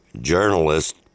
journalist